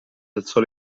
alzò